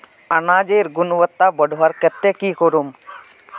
अनाजेर गुणवत्ता बढ़वार केते की करूम?